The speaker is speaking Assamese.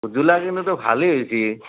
ভোট জলকীয়াখিনিটো ভালে হৈছি